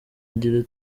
agira